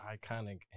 iconic